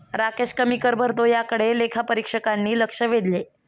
राकेश कमी कर भरतो याकडे लेखापरीक्षकांनी लक्ष वेधले